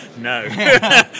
No